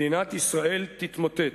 מדינת ישראל תתמוטט.